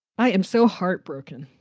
i am so heartbroken.